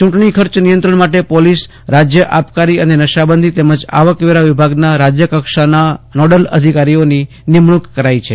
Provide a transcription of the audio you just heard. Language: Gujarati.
ચૂંટણી ખર્ચ નિયંત્રણ માટે પોલીસ રાજય આબકારી અને નશાબંધી તેમજ આવકવેરા વિભાગના રાજય કક્ષાના નોડલ અધિકારીઓની નિમણુંક કરાઇ છે